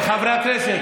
חברי הכנסת.